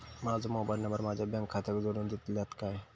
माजो mobile number माझ्या bank खात्याक जोडून दितल्यात काय?